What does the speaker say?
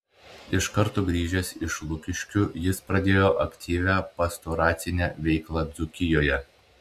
iš karto grįžęs iš lukiškių jis pradėjo aktyvią pastoracinę veiklą dzūkijoje